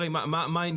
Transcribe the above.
הרי מה העניין?